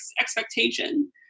expectation